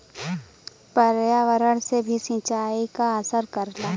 पर्यावरण से भी सिंचाई पर असर करला